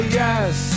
yes